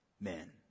men